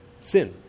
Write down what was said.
sin